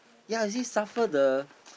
yea you see suffer the